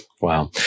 Wow